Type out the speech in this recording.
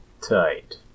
Tight